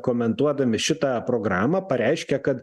komentuodami šitą programą pareiškė kad